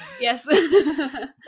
Yes